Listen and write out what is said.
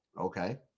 Okay